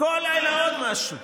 עוד משהו.